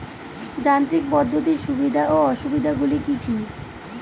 যান্ত্রিক পদ্ধতির সুবিধা ও অসুবিধা গুলি কি কি?